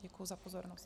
Děkuji za pozornost.